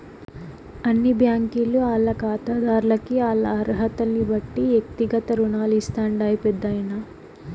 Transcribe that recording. అన్ని బ్యాంకీలు ఆల్ల కాతాదార్లకి ఆల్ల అరహతల్నిబట్టి ఎక్తిగత రుణాలు ఇస్తాండాయి పెద్దాయనా